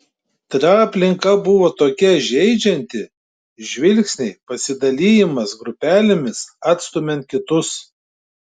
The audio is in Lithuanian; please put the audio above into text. ta aplinka buvo tokia žeidžianti žvilgsniai pasidalijimas grupelėmis atstumiant kitus